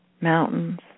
Mountains